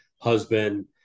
husband